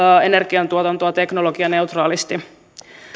energian tuotantoa teknologianeutraalisti